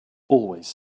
always